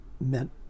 meant